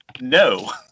No